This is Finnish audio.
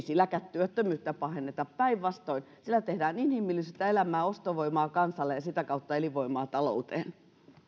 työttömyyttä pahenneta päinvastoin sillä tehdään inhimillisyyttä elämään ostovoimaa kansalle ja sitä kautta elinvoimaa talouteen